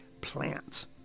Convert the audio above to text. plants